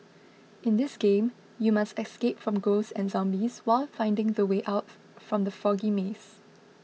in this game you must escape from ghosts and zombies while finding the way out from the foggy maze